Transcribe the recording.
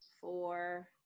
four